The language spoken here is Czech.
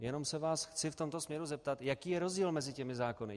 Jenom se vás chci v tomto směru zeptat, jaký je rozdíl mezi těmi zákony.